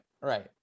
Right